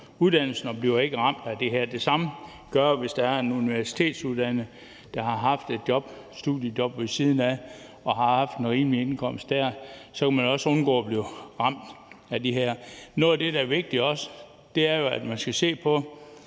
uddannelsen og bliver ikke ramt af det her. Det samme gælder, hvis en universitetsuddannet har haft et studiejob ved siden af og har haft noget indkomst der; så kan man også undgå at blive ramt af det her. Noget af det, der også er vigtigt at se på, er, at når man er